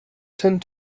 tend